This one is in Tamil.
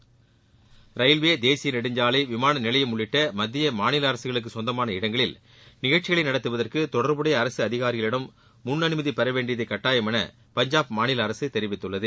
பஞ்சாப் விதிமுறைகள் ரயில்வே தேசிய நெடுஞ்சாலை விமான நிலையம் உள்ளிட்ட மத்திய மாநில அரசுகளுக்கு சொந்தமான இடங்களில் நிகழ்ச்சிகளை நடத்துவதற்கு தொடர்புடைய அரசு அதிகாரிகளிடம் முன் அனுமதி பெறவேண்டியது கட்டாயமென பஞ்சாப் மாநில அரசு தெரிவித்துள்ளது